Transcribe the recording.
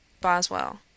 Boswell